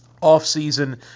Off-season